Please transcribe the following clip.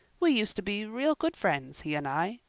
we used to be real good friends, he and i.